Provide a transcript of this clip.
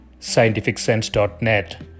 scientificsense.net